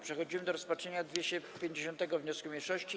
Przechodzimy do rozpatrzenia 250. wniosku mniejszości.